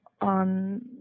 on